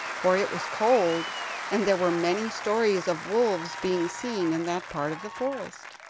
for it was cold, and there were many stories of wolves being seen in that part of the forest.